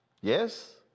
Yes